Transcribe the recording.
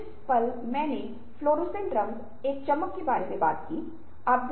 जो कुछ भी अन्य लोग बोल रहे हैं हमें भी सराहना करनी चाहिए